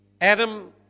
Adam